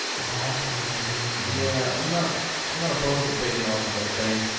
the call the jan three yeah i'm not i'm not opposed to taking off the whole thing.